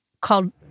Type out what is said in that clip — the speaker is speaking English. called